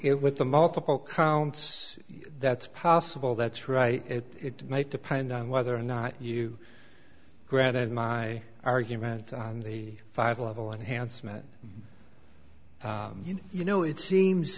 it with the multiple counts that's possible that's right it might depend on whether or not you granted my argument on the five level enhancement you know it seems